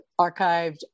archived